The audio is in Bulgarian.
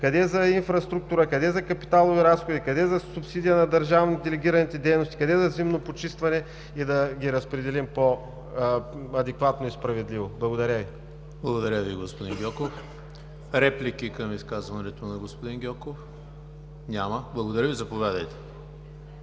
къде за инфраструктура, къде за капиталови разходи, къде за субсидия на държавно делегираните дейности, къде за зимно почистване, и да ги разпределим по-адекватно и справедливо. Благодаря Ви. ПРЕДСЕДАТЕЛ ЕМИЛ ХРИСТОВ: Благодаря Ви, господин Гьоков. Реплики към изказването на господин Гьоков? Няма. Заповядайте.